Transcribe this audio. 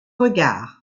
regard